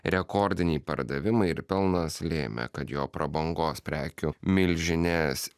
rekordiniai pardavimai ir pelnas lėmė kad jo prabangos prekių milžinės